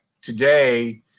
today